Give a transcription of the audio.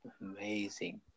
Amazing